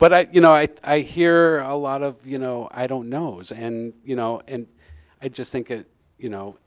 but i you know i hear a lot of you know i don't know is and you know and i just think that you know